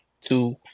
two